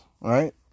right